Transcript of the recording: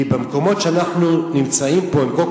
כי המקומות שאנחנו נמצאים בהם פה הם